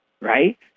right